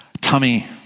tummy